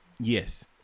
Yes